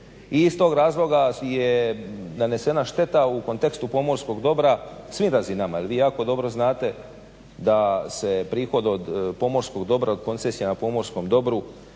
I iz tog razloga je nanesena šteta u kontekstu pomorskog dobra svim razinama jer vi jako dobro znate da se prihod od pomorskog dobra, od koncesija na pomorskom dobru